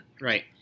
Right